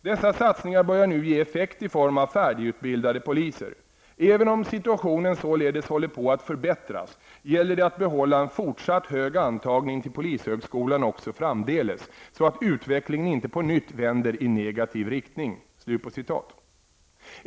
Dessa satsningar börjar nu ge effekt i form av färdigutbildade poliser. Även om situationen således håller på att förbättras, gäller det att behålla en fortsatt hög antagning till polishögskolan också framdeles, så att utvecklingen inte på nytt vänder i negativ riktning.''